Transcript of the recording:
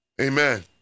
Amen